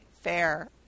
Fair